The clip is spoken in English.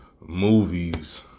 movies